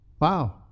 Wow